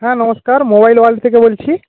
হ্যাঁ নমস্কার Mobile World থেকে বলছি